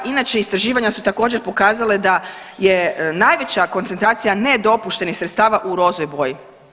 Inače istraživanja su također pokazala da je najveća koncentracija nedopuštenih sredstava u rozoj boji.